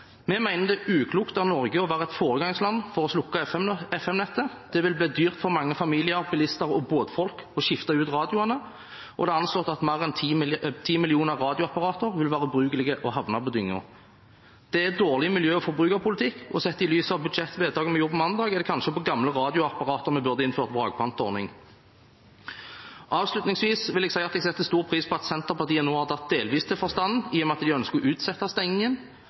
Vi mener det er uklokt av Norge å være et foregangsland for å slukke FM-nettet. Det blir dyrt for mange familier, bilister og båtfolk å skifte ut radioene. Det er anslått at mer enn ti millioner radioapparater vil være ubrukelige og havne på dynga, og det er dårlig miljø- og forbrukerpolitikk. Sett i lys av budsjettvedtak vi gjorde på mandag, er det kanskje på gamle radioapparater vi burde innføre en vrakpantordning? Avslutningsvis: Jeg setter stor pris på at Senterpartiet nå har tatt delvis til forstanden, i og med at de ønsker å utsette stengingen.